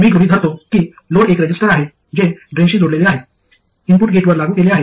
मी गृहित धरतो की लोड एक रेझिस्टर आहे जे ड्रेनशी जोडलेला आहे इनपुट गेटवर लागू केले आहे